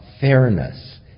fairness